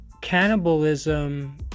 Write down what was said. cannibalism